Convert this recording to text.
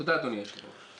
תודה, אדוני היושב ראש.